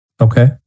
Okay